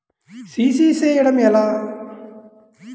CC చేయడము ఎలా?